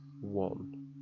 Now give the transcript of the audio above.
One